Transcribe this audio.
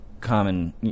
common